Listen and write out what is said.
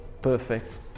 perfect